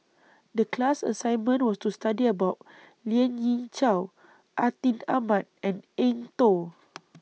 The class assignment was to study about Lien Ying Chow Atin Amat and Eng Tow